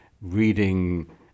reading